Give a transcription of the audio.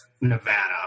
Nevada